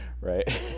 Right